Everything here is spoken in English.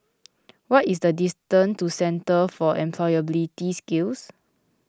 what is the distance to Centre for Employability Skills